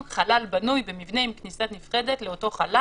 בנוי במבנה עם כניסה נפרדת לאותו חלל